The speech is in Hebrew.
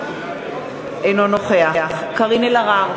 אינו נוכח קארין אלהרר,